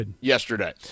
yesterday